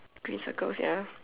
green circles ya